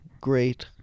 great